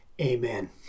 Amen